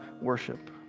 worship